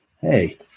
hey